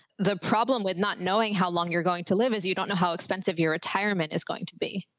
the problem with not knowing how long you're going to live as you don't know how expensive your retirement is going to be.